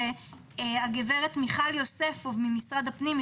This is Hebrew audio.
הגברת מיכל יוספוב ממשרד הפנים,